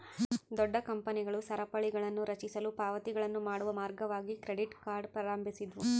ದೊಡ್ಡ ಕಂಪನಿಗಳು ಸರಪಳಿಗಳನ್ನುರಚಿಸಲು ಪಾವತಿಗಳನ್ನು ಮಾಡುವ ಮಾರ್ಗವಾಗಿ ಕ್ರೆಡಿಟ್ ಕಾರ್ಡ್ ಪ್ರಾರಂಭಿಸಿದ್ವು